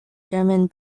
german